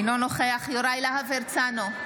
אינו נוכח יוראי להב הרצנו,